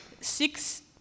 Six